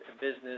business